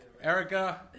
Erica